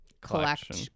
collection